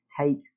Take